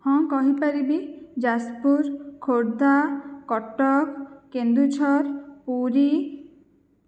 ହଁ କହିପାରିବି ଯାଜପୁର ଖୋର୍ଦ୍ଧା କଟକ କେନ୍ଦୁଝର ପୁରୀ